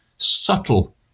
subtle